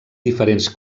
diferents